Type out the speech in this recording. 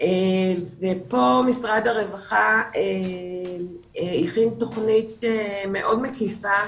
וכאן משרד הרווחה הכין תוכנית מאוד מקיפה